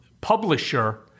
publisher